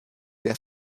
der